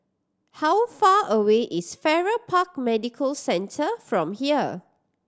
how far away is Farrer Park Medical Centre from here